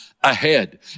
ahead